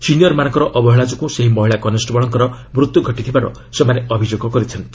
ସିନିୟରମାନଙ୍କ ଅବହେଳା ଯୋଗୁଁ ସେହି ମହିଳା କନେଷ୍ଟବଳଙ୍କର ମୃତ୍ୟୁ ଘଟିଥିବାର ସେମାନେ ଅଭିଯୋଗ କରିଛନ୍ତି